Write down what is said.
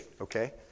okay